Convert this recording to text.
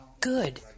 Good